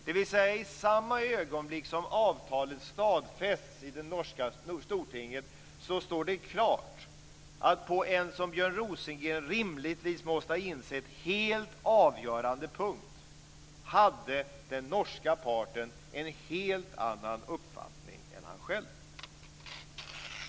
Det betyder att i samma ögonblick som avtalet stadfästs i det norska stortinget står det klart att på en - som Björn Rosengren rimligtvis måste ha insett - helt avgörande punkt hade den norska parten en helt annan uppfattning än han själv.